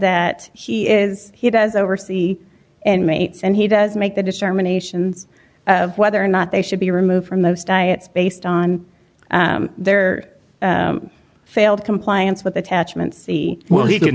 that he is he does oversee and mates and he does make the determination of whether or not they should be removed from those diets based on their failed compliance with attachments the well he did